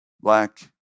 black